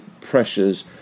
pressures